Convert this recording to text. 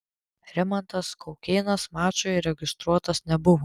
rimantas kaukėnas mačui registruotas nebuvo